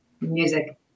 Music